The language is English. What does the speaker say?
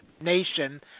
nation